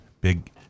big